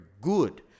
good